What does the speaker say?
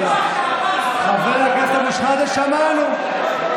חבר הכנסת אבו שחאדה, שמענו.